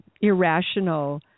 Irrational